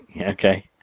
Okay